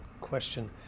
question